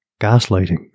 Gaslighting